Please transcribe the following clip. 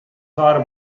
thought